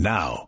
Now